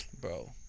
Bro